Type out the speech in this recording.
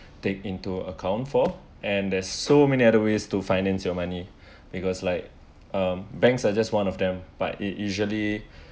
take into account for and there's so many other ways to finance your money because like um banks are just one of them but it usually